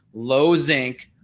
low zinc,